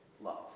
love